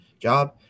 job